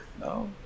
No